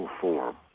form